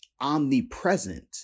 omnipresent